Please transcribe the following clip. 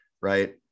right